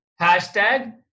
hashtag